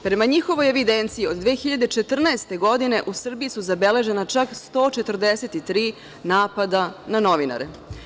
Prema njihovoj evidenciji od 2014. godine u Srbiji su zabeležena čak 143 napada na novinare.